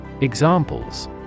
Examples